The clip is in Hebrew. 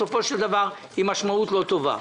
בסופו של דבר היא משמעות לא טובה.